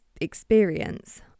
experience